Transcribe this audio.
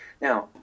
now